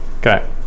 okay